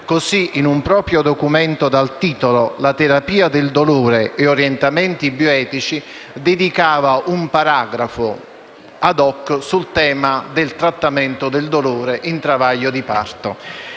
2001, in un documento dal titolo «La terapia del dolore: orientamenti bioetici» dedicava un paragrafo *ad hoc* al tema del trattamento del dolore in travaglio di parto.